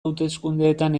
hauteskundeetan